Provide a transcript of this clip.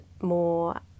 more